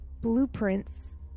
blueprints